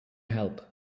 help